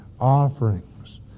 offerings